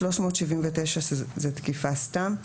סעיף 379 שהא עבירת תקיפה סתם,